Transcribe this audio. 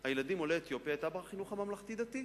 הילדים עולי אתיופיה היתה בחינוך הממלכתי-דתי.